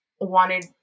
wanted